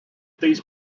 these